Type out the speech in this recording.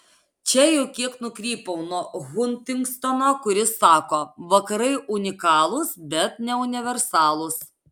čia jau kiek nukrypau nuo huntingtono kuris sako vakarai unikalūs bet ne universalūs